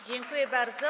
Dziękuję bardzo.